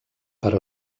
però